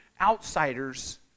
outsiders